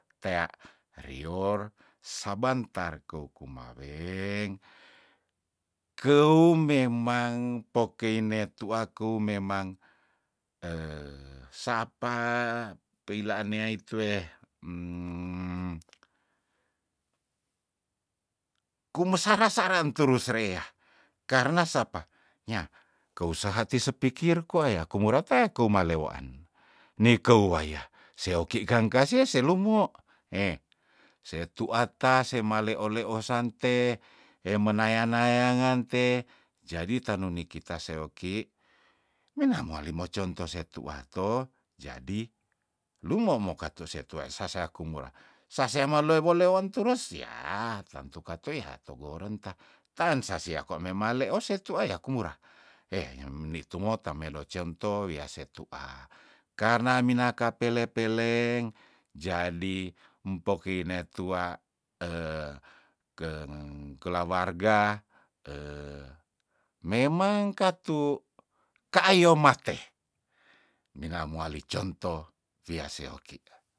Tea rior sabantar kou kumaweng keu memang pokei ne tua keu memang sapa peila anea itu eh kumesara- sara enterus reyah karna sapa nyah keu saha ti sepikir kwa ya kumora tea kumaleoan nikeu waya seoki kang kase selumo heh setua tas semaleo- leosan te hemenaya- nayangante jadi tanunikita seoki mina moali mo contoh setuah to jadi lumomo katu setua esasea kumula sasea melewo- lewon tures yah tantu katu yah togorenta taen sasia kwa memaleos setua ya kumura heh yang memili tumo tamelo cento wia setua karna mina kapele peleng jadi mpokiy netua keng kelawarga memang katu kaayo mate minamoali contoh wiaseoki